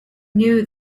knew